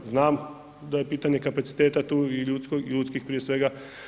Znam da je pitanje kapaciteta tu i ljudskih prije svega.